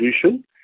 solution